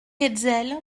hetzel